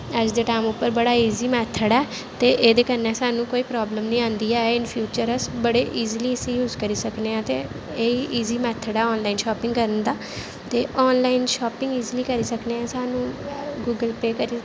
अज्ज दे टैम उप्पर बड़ा ईजी मैथड ऐ ते एह्दे कन्नै सानूं कोई प्राब्लम निं आंदी ऐ इन फ्यूचर इसी अस बड़े ईजली इसी यूज करी सकने आं ते एह् ईजी मैथड ऐ आनलाइन शापिंग करने दा ते आनलाइन शापिंग ईजली करी सकने आं सानूं गूगल पे करियै